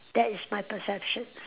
that is my perception